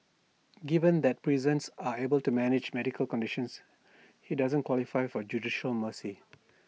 given that prisons are able to manage medical conditions he doesn't qualify for judicial mercy